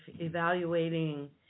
evaluating